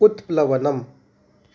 उत्प्लवनम्